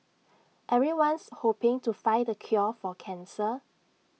everyone's hoping to find the cure for cancer